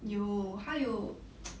有他有